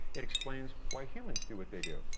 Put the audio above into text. it explains why humans do what they do.